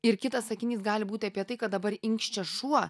ir kitas sakinys gali būti apie tai kad dabar inkščia šuo